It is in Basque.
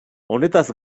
honetaz